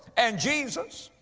and jesus,